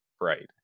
Right